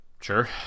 Sure